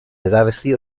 nezávislý